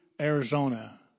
Arizona